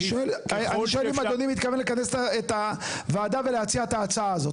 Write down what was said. אני שואל אם אדוני מתכוון לכנס את הוועדה ולהציע את ההצעה הזאת?